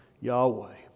Yahweh